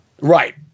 Right